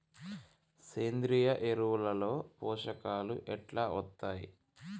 సేంద్రీయ ఎరువుల లో పోషకాలు ఎట్లా వత్తయ్?